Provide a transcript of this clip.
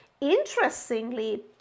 interestingly